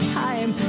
time